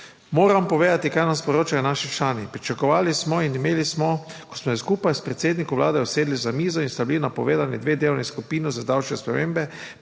Moram povedati, kaj nam sporočajo naši člani. Pričakovali smo in imeli smo, ko smo se skupaj s predsednikom Vlade usedli za mizo in sta bili napovedani dve delovni skupini za davčne spremembe,